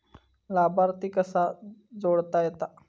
लाभार्थी कसा जोडता येता?